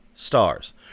stars